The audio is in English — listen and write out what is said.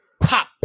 pop